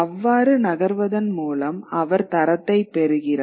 அவ்வாறு நகர்வதன் மூலம் அவர் தரத்தை பெறுகிறார்